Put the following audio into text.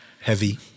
Heavy